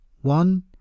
one